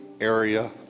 area